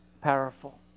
powerful